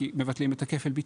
כי מבטלים את כפל הביטוח.